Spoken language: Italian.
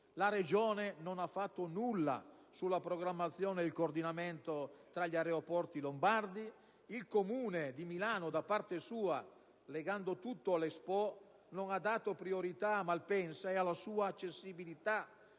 Lombardia non ha fatto nulla sulla programmazione e sul coordinamento tra gli aeroporti lombardi; il Comune di Milano, da parte sua, legando tutto all'Expo, non ha dato priorità a Malpensa e alla sua accessibilità,